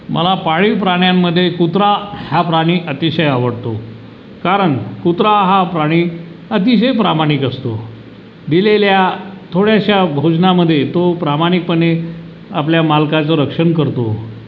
मला पाळीव प्राण्यांमध्ये कुत्रा हा प्राणी अतिशय आवडतो कारण कुत्रा हा प्राणी अतिशय प्रामाणिक असतो दिलेल्या थोड्याशा भोजनामधे तो प्रामाणिकपणे आपल्या मालकाचं रक्षण करतो